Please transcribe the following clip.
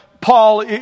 Paul